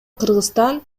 кыргызстан